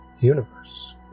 universe